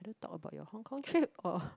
talk about your Hong-Kong trip or